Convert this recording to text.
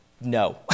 no